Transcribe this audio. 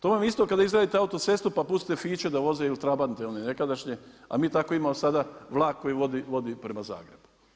To vam je isto kao da izgradite autocestu pa pustite Fiću da voze ili trabante one nekadašnje a mi tako imamo sada vlak koji vodi prema Zagrebu.